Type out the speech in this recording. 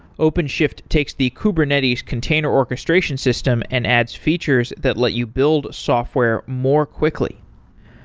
openshift takes the kubernetes container orchestration system and adds features that let you build software more quickly.